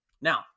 Now